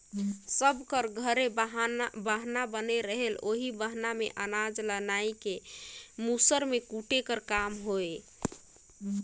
सब कर घरे बहना बनले रहें ओही बहना मे अनाज ल नाए के मूसर मे कूटे कर काम होए